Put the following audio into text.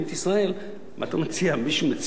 מישהו מציע להתעלם מארצות-הברית?